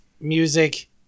music